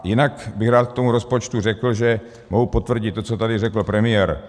Jinak bych rád k tomu rozpočtu řekl, že mohu potvrdit to, co tady řekl premiér.